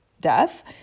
death